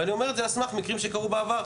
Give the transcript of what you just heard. ואני אומר את זה על סמך מקרים שקרו בעבר,